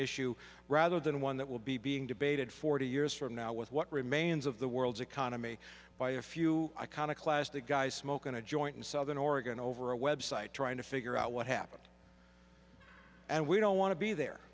issue rather than one that will be being debated forty years from now with what remains of the world's economy by a few iconoclast a guy smoking a joint in southern oregon over a website trying to figure out what happened and we don't want to be there